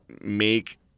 make